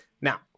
Now